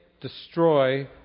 destroy